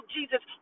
Jesus